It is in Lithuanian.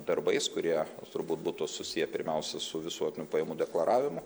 darbais kurie turbūt būtų susiję pirmiausia su visuotiniu pajamų deklaravimu